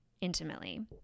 intimately